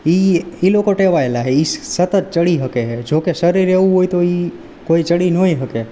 એ એ લોકો ટેવાએલા છે એ સતત ચડી શકે જોકે શરીર એવું હોય તો એ કોઈ ચડી નએ શકે